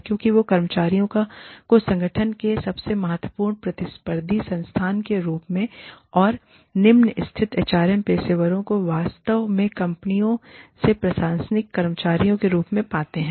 क्योंकि वे कर्मचारियों को संगठन के सबसे महत्वपूर्ण प्रतिस्पर्धी संसाधन के रूप मेंऔर निम्न स्थिति HRM पेशेवरों को वास्तव में कंपनियों में प्रशासनिक कर्मचारियों के रूप में पाते है